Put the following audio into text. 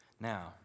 Now